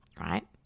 right